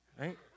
Right